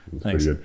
thanks